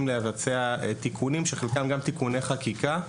לבצע תיקונים שחלקם גם תיקוני חקיקה,